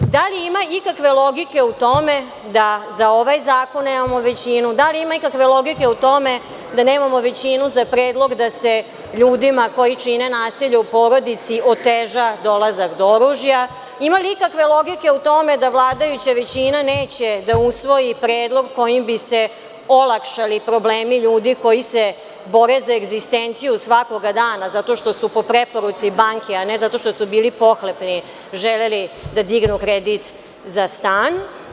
Da li ima ikakve logike u tome da za ovaj zakon nemamo većinu, da li ima ikakve logike u tome da nemamo većinu za predlog da se ljudima koji čine nasilje u porodici oteža dolazak do oružja, ima li ikakve logike u tome da vladajuća većina neće da usvoji predlog kojim bi se olakšali problemi ljudi koji se bore za egzistenciju svakoga dana zato što su po preporuci banke, a ne zato što su bili pohlepni, želeli da dignu kredit za stan?